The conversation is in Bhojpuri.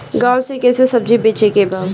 गांव से कैसे सब्जी बेचे के बा?